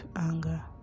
anger